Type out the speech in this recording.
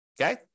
okay